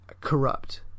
corrupt